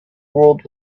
world